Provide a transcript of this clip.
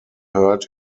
heard